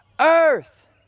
earth